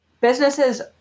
businesses